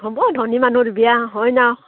হ'ব ধনী মানুহৰ বিয়া হয় ন